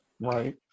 Right